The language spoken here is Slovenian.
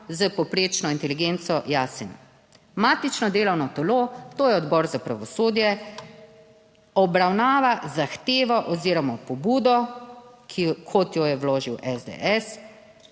s povprečno inteligenco jasen.: Matično delovno telo, to je Odbor za pravosodje obravnava zahtevo oziroma pobudo kot jo je vložil SDS,